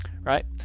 Right